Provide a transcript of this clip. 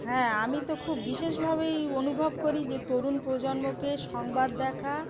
হ্যাঁ আমি তো খুব বিশেষভাবেই অনুভব করি যে তরুণ প্রজন্মকে সংবাদ দেখা